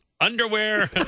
underwear